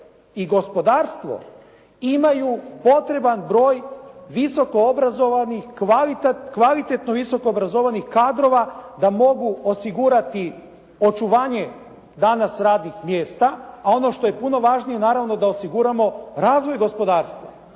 i gospodarstvo imaju potreban broj visokoobrazovanih, kvalitetno visokoobrazovanih kadrova da mogu osigurati očuvanje danas radnih mjesta a ono što je puno važnije naravno da osiguramo razvoj gospodarstva.